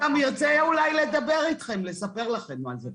הוא ירצה אולי לדבר אתכם, לספר לכם מה זה.